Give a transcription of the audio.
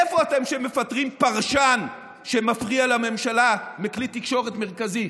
איפה אתם כשמפטרים פרשן שמפריע לממשלה מכלי תקשורת מרכזי?